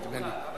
נדמה לי.